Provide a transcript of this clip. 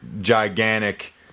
gigantic